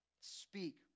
speak